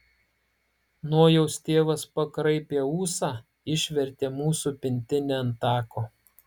nojaus tėvas pakraipė ūsą išvertė mūsų pintinę ant tako